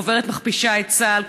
החוברת מכפישה את צה"ל,